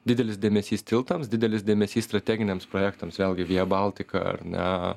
didelis dėmesys tiltams didelis dėmesys strateginiams projektams vėlgi via baltica ar ne